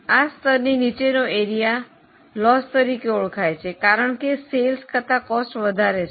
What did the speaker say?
આ સ્તરની નીચેનો એરિયા નુકસાન તરીકે ઓળખાય છે કારણ કે વેચાણ કરતાં કોસ્ટ વધારે છે